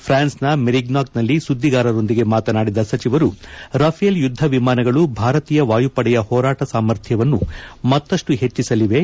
ಫ್ರಾನ್ಸ್ನ ಮೆರಿಗ್ನಾಕ್ನಲ್ಲಿ ಸುದ್ದಿಗಾರರೊಂದಿಗೆ ಮಾತನಾಡಿದ ಸಚಿವರು ರಫೇಲ್ ಯುದ್ದ ವಿಮಾನಗಳು ಭಾರತೀಯ ವಾಯುಪಡೆಯ ಹೋರಾಟ ಸಾಮರ್ಥ್ಯವನ್ನು ಮತ್ತಷ್ಟು ಹೆಚ್ಚಿಸಲಿವೆ